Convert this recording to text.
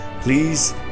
please